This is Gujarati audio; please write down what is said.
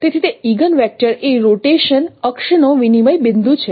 તેથી તે ઇગન્ વેક્ટર એ રોટેશન અક્ષનો વિનિમય બિંદુ છે